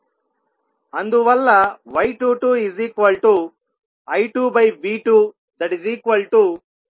5V00